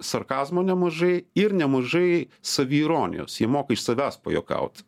sarkazmo nemažai ir nemažai saviironijos jie moka iš savęs pajuokaut